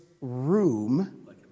room